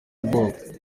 ubwoba